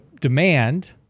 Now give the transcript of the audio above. demand